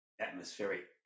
atmospheric